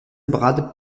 brad